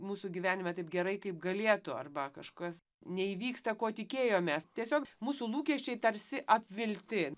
mūsų gyvenime taip gerai kaip galėtų arba kažkas neįvyksta ko tikėjomės tiesiog mūsų lūkesčiai tarsi apvilti